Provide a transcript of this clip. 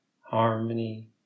Harmony